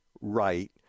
right